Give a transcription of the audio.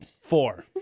Four